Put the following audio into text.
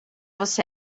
você